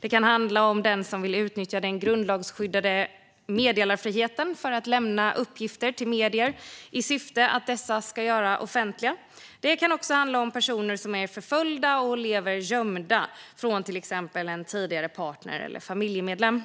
Det kan handla om den som vill utnyttja den grundlagsskyddade meddelarfriheten för att lämna uppgifter till medier i syfte att dessa ska göras offentliga. Det kan också handla om personer som är förföljda och lever gömda från till exempel en tidigare partner eller en familjemedlem.